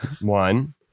One